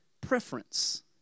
preference